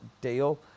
deal